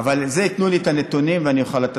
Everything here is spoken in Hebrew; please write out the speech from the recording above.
יקבל נתונים ויעביר את